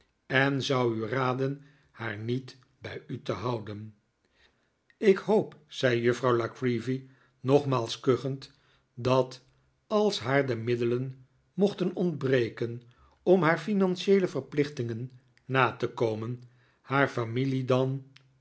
en zou u raden haar niet bij u te hquden ik hoop zei juffrouw la creevy nogmaals kuchend dat als haar de middelen mochten ontbreken om haar financieele verplichtingen na te komen haar familie dan